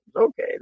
okay